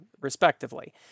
respectively